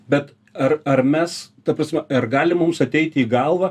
bet ar ar mes ta prasme ar gali mums ateiti į galvą